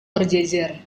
berjejer